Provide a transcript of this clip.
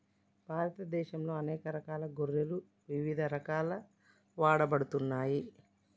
భారతదేశంలో అనేక రకాల గొర్రెలు ఇవిధ రకాలుగా వాడబడుతున్నాయి